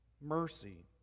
Mercy